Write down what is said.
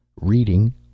Reading